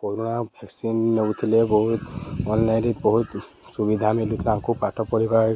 corona vaccine ନେଉଥିଲେ ବହୁତ୍ ଅନ୍ଲାଇନ୍ରେ ବହୁତ୍ ସୁବିଧା ମିଲୁ ତାଙ୍କୁ ପାଠ ପଢ଼ିବା